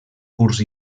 curs